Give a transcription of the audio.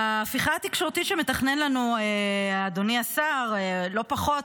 ההפיכה התקשורתית שמתכנן לנו אדוני השר, לא פחות,